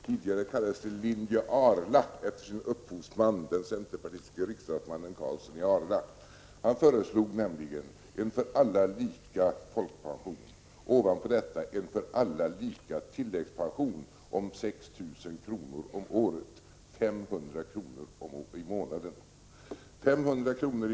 Tidigare kallades det linje Arla efter upphovsmannen, den centerpartistiske riksdagsmannen Carlsson i Arla. Han föreslog nämligen en för alla lika folkpension och ovanpå detta en för alla lika tilläggspension på 6 000 kr. om året, 500 kr. i månaden. 500 kr.